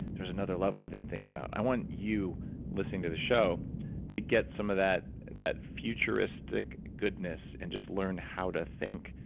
there's another level i didn't think about. i want you listening to the show to get some of that that futuristic goodness, and just learn how to think.